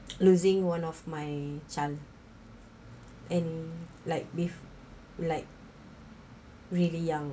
losing one of my chance and like live like really young